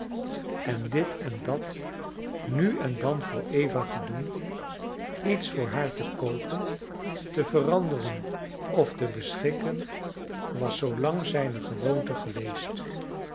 en dit en dat nu en dan voor eva te doen iets voor haar te koopen te veranderen of te beschikken was zoolang zijne gewoonte geweest